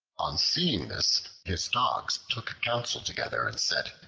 on seeing this, his dogs took counsel together, and said,